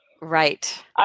Right